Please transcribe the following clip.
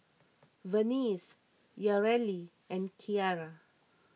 Vernice Yareli and Kiara